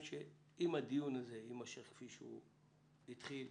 מה שחסר שם בסעיף זה הצוות המקצועי, שבו הורידו,